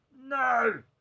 No